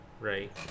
right